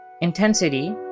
intensity